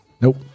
Nope